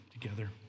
together